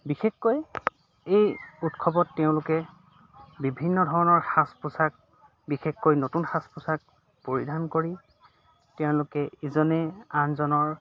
বিশেষকৈ এই উৎসৱত তেওঁলোকে বিভিন্ন ধৰণৰ সাজ পোছাক বিশেষকৈ নতুন সাজ পোছাক পৰিধান কৰি তেওঁলোকে ইজনে আনজনক